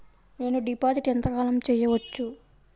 నేను డిపాజిట్ ఎంత కాలం చెయ్యవచ్చు?